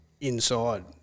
inside